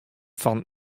fan